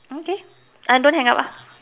okay uh don't hang up ah